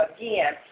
again